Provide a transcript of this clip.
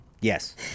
yes